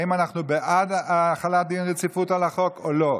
האם אנחנו בעד החלת דין רציפות על החוק או לא.